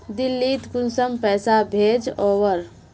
दिल्ली त कुंसम पैसा भेज ओवर?